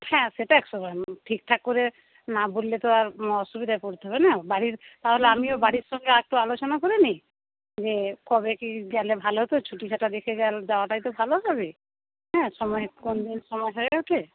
হ্যাঁ সেটা একশোবার ঠিকঠাক করে না বললে তো আর অসুবিধায় পড়তে হবে না বাড়ির তাহলে আমিও বাড়ির সঙ্গে আরেকটু আলোচনা করে নিই নিয়ে কবে কি গেলে ভালো হতো ছুটিছাটা দেখে যাওয়াটাই তো ভালো হ্যাঁ সময় কোনদিন সময় হয়ে ওঠে